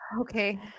Okay